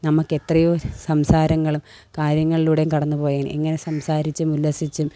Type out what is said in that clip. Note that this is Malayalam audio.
നമുക്കെത്രയോ സംസാരങ്ങളും കാര്യങ്ങളിലൂടേം കടന്ന് പോയേനെ ഇങ്ങനെ സംസാരിച്ചും ഉല്ലസിച്ചും